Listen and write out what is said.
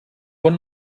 bon